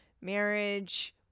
marriage